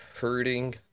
hurting